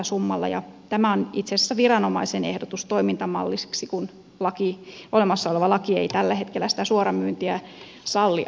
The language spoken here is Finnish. tämä on itse asiassa viranomaisen ehdotus toimintamalliksi kun olemassa oleva laki ei tällä hetkellä sitä suoramyyntiä salli